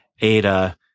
Ada